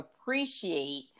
appreciate